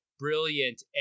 brilliant